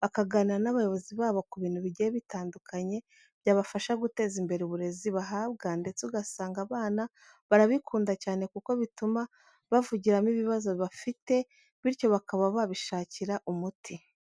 bakaganira n'abayobozi babo ku bintu bigiye bitandukanye byabafasha guteza imbere uburezi bahabwa ndetse ugasanga abana barabikunda cyane kuko bituma bavugiramo ibibazo bafite bityo bakaba babishakira umuti.